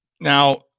Now